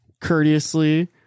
courteously